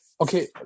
Okay